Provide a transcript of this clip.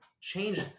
change